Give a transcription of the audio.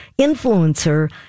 influencer